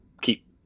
keep